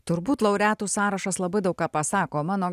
turbūt laureatų sąrašas labai daug ką pasako mano